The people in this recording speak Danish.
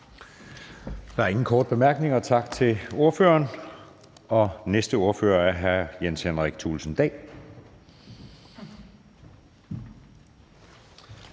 Der er ingen korte bemærkninger. Tak til ordføreren. Næste ordfører er hr. Jens Henrik Thulesen Dahl.